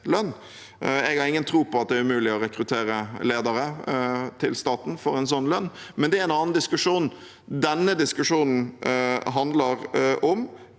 Jeg har ingen tro på at det er umulig å rekruttere ledere til staten for en sånn lønn, men det er en annen diskusjon. Denne diskusjonen handler om